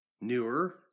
newer